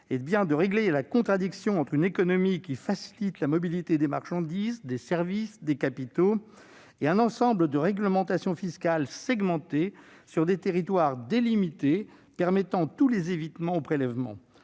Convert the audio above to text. est bien de régler la contradiction entre une économie qui facilite la mobilité des marchandises, des services et des capitaux et un ensemble de réglementations fiscales segmentées, sur des territoires délimités, permettant tous les évitements des prélèvements.